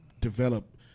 develop